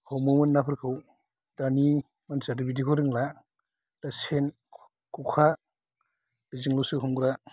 हमोमोन नाफोरखौ दानि मानसियाथ' बिदिखौ रोंला दा सेन खखा बेजोंल'सो हमग्रा